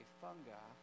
fungi